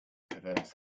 perverse